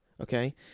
Okay